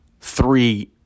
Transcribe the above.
three